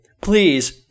please